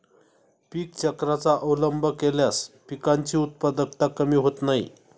पीक चक्राचा अवलंब केल्यास पिकांची उत्पादकता कमी होत नाही